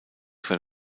vor